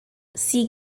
see